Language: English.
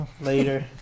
Later